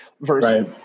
versus